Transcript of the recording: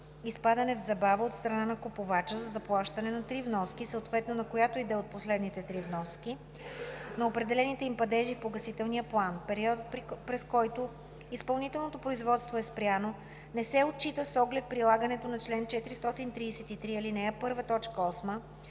изпадане в забава от страна на купувача за заплащане на три вноски, съответно на която и да е от последните три вноски, на определените им падежи в погасителния план. Периодът, през който изпълнителното производство е спряно, не се отчита с оглед прилагането на чл. 433, ал. 1,